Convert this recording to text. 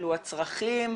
שהשתכללו הצרכים,